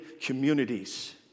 communities